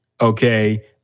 okay